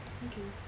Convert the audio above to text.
okay